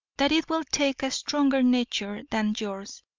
that it will take a stronger nature than yours,